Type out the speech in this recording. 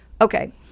Okay